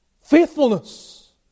faithfulness